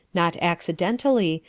not accidentally,